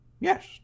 Yes